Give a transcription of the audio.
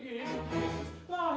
yeah well